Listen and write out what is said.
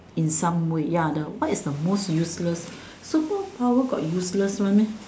in some way ya the what is the most useless superpower got useless one meh